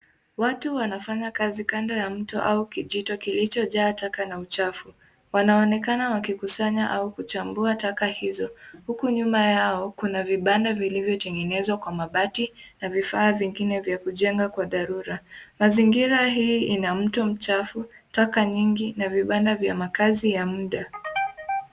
Watu wanafanya kazi kando ya mto au kijito kilichojaa taka na uchafu. Wanaonekana wakikusanya au kuchambua taka hizo huku nyuma yao kuna vibanda vilivyo tengenezwa kwa mabati na vifaa vingine vya kujenga kwa dharura . Mazingira hii ina mto mchafu, taka nyingi na vibanda vya makaazi ya mda.